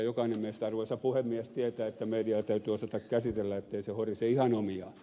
jokainen meistä arvoisa puhemies tietää että mediaa täytyy osata käsitellä ettei se horise ihan omiaan